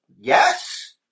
Yes